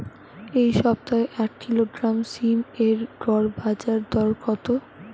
এই সপ্তাহে এক কিলোগ্রাম সীম এর গড় বাজার দর কত?